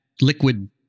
liquid